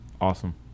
awesome